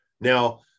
Now